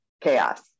chaos